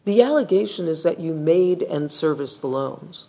the allegation is that you made in service the loans